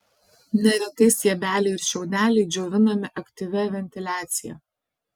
neretai stiebeliai ir šiaudeliai džiovinami aktyvia ventiliacija